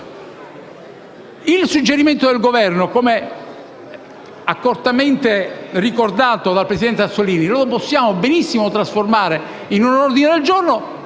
al suggerimento del Governo, come accortamente ricordato dal presidente Azzollini, possiamo benissimo trasformarlo in un ordine del giorno,